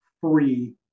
free